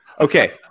Okay